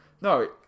no